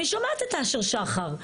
אני שומעת את אשר שחר.